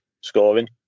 scoring